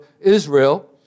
Israel